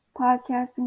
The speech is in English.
podcasting